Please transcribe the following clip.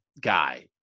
guy